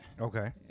Okay